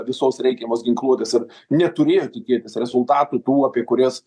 visos reikiamos ginkluotės ir neturėjo tikėtis rezultatų tų apie kurias